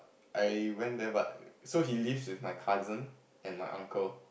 I went there but so he lives with my cousin and my uncle